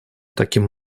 таким